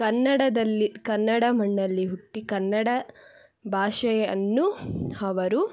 ಕನ್ನಡದಲ್ಲಿ ಕನ್ನಡ ಮಣ್ಣಲ್ಲಿ ಹುಟ್ಟಿ ಕನ್ನಡ ಭಾಷೆಯನ್ನು ಅವರು